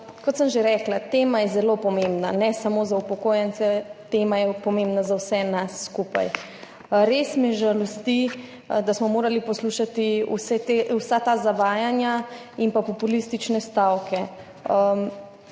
Kot sem že rekla, tema je zelo pomembna, ne samo za upokojence, tema je pomembna za vse nas skupaj. Res me žalosti, da smo morali poslušati vsa ta zavajanja in pa populistične stavke.